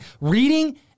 reading